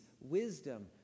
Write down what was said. wisdom